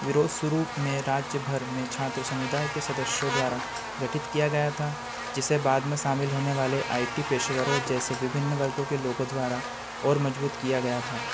विरोध शुरू में राज्य भर में छात्र समुदाय के सदस्यों द्वारा गठित किया गया था जिसे बाद में शामिल होने वाले आई टी पेशेवरों जैसे विभिन्न वर्गों के लोगों द्वारा और मजबूत किया गया था